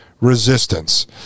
resistance